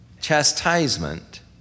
chastisement